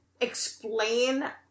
explain